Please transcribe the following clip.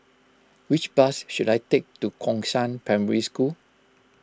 which bus should I take to Gongshang Primary School